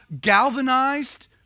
galvanized